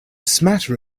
smatter